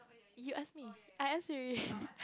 you ask me I ask you already